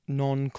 non